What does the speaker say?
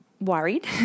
worried